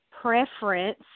preference